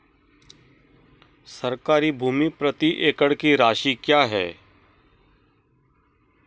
सरकारी भूमि प्रति एकड़ की राशि क्या है?